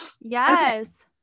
Yes